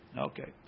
Okay